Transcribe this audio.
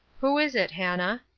who is it, hannah?